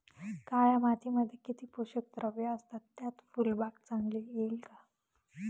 काळ्या मातीमध्ये किती पोषक द्रव्ये असतात, त्यात फुलबाग चांगली येईल का?